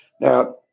Now